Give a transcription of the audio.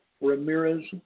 Ramirez